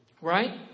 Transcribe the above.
right